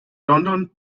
london